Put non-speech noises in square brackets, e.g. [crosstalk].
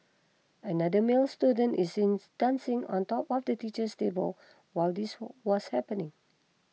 another male student is seems dancing on top of the teacher's table while this [hesitation] was happening